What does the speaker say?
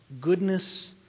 goodness